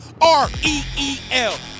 R-E-E-L